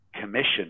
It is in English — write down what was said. commission